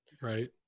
right